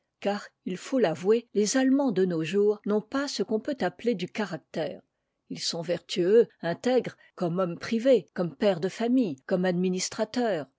car il faut l'avouer les allemands de nos jours n'ont pas ce qu'on peut appeler du caractère ils sont vertueux intègres comme hommes privés comme pères de famille comme administrateurs